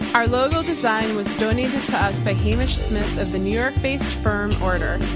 our logo design was donated to us by hamish smith of the new york-based firm order.